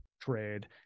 trade